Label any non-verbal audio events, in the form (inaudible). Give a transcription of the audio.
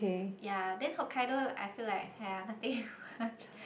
yea then Hokkaido I feel like yea nothing (breath) one